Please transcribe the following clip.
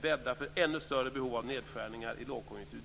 bäddar för ännu större behov av nedskärningar i lågkonjunktur.